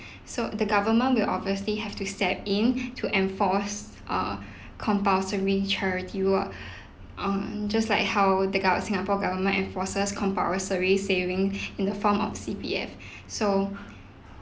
so the government will obviously have to step in to enforce uh compulsory charity work on just like how the gover~ singapore government enforces compulsory saving in the form of C_P_F so